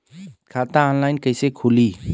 खाता ऑनलाइन कइसे खुली?